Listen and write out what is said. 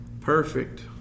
perfect